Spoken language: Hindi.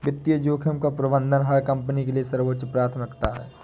वित्तीय जोखिम का प्रबंधन हर कंपनी के लिए सर्वोच्च प्राथमिकता है